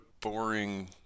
boring